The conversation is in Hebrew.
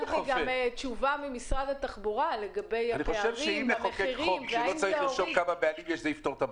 חושבת שמשרד התחבורה צריך להציג לחברי